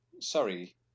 Sorry